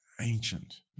ancient